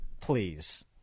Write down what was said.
Please